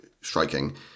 striking